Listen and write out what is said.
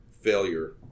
failure